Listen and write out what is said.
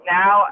now